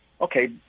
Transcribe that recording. okay